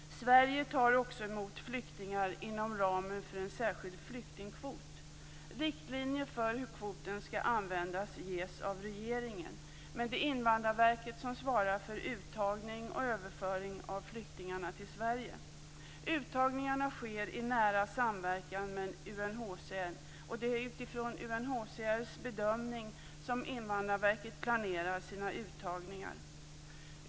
Sverige tar också emot flyktingar inom ramen för en särskild flyktingkvot. Riktlinjer för hur kvoten skall användas ges av regeringen, men det är Invandrarverket som svarar för uttagning och överföring av flyktingarna till Sverige. Uttagningarna sker i nära samverkan med UNHCR, och det är utifrån UNHCR:s bedömning som Invandrarverket planerar sina uttagningar.